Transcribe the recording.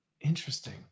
Interesting